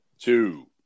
two